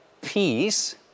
peace